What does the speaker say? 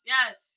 Yes